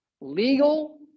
legal